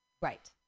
right